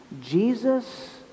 Jesus